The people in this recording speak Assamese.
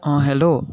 অঁ হেল্ল'